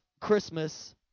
Christmas